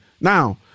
Now